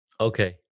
Okay